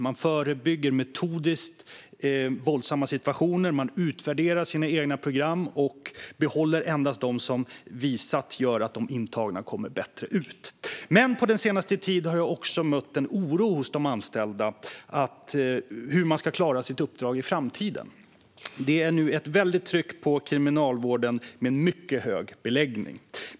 Man förebygger metodiskt våldsamma situationer, man utvärderar sina egna program och man behåller endast dem som visar att de intagna kommer bättre ut. Men på senare tid har jag också mött en oro hos de anställda när det gäller hur de ska klara sitt uppdrag i framtiden. Det är nu ett stort tryck på kriminalvården med mycket hög beläggning.